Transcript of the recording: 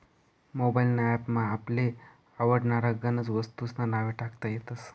mobile ना app मा आपले आवडनारा गनज वस्तूंस्ना नावे टाकता येतस